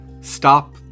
stop